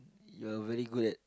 you're very good at